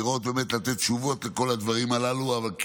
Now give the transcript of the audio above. לתת תשובות לכל הדברים הללו, אבל כן,